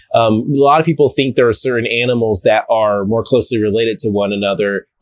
um lot of people think there are certain animals that are more closely related to one another,